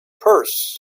purse